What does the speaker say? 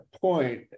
point